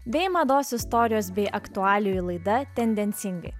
bei mados istorijos bei aktualijų laida tendencingai